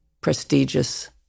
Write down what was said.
prestigious